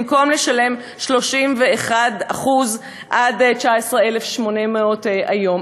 במקום לשלם 31% עד 19,800 ש"ח היום.